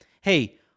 Hey